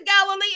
Galilee